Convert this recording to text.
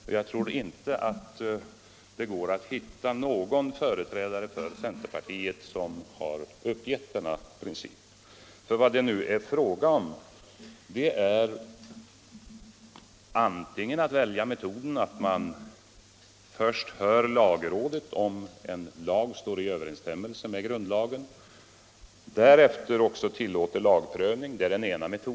Och jag tror inte det går att hitta någon företrädare för centerpartiet som har övergett denna princip. Nu har man att välja mellan två metoder. Den ena är att man först hör lagrådet om en lag står i överensstämmelse med grundlagen och därefter också tillåter lagprövning.